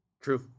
True